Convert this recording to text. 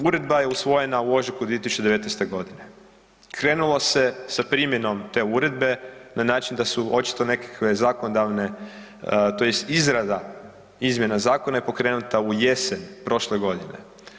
Uredba je usvojena u ožujku 2019.g. Krenulo se sa primjenom te uredbe na način da su očito nekakve zakonodavne tj. izrada izmjena zakona je pokrenuta u jesen prošle godine.